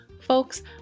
Folks